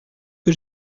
que